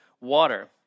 water